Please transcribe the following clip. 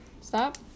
Stop